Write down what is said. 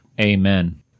Amen